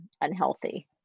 unhealthy